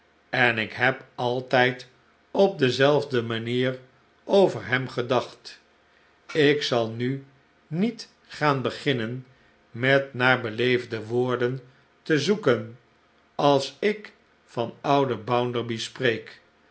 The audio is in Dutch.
en ik heb altijd op dezelfde rrianier over hem gedacht ik zal nu niet gaan beginnen met naar beleefde woorden te zoeken als ik van ouden bounderby spreek